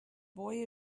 boy